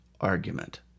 argument